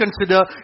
consider